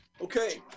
Okay